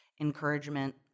encouragement